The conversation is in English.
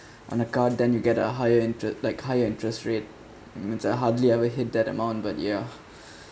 on a car then you get a higher intere~ like higher interest rate limits I hardly ever hit that amount but ya